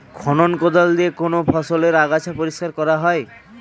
খনক কোদাল দিয়ে কোন ফসলের আগাছা পরিষ্কার করা হয়?